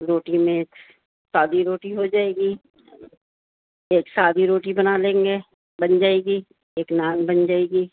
روٹی میں ایک سادی روٹی ہو جائے گی ایک سادی روٹی بنا لیں گے بن جائے گی ایک نان بن جائے گی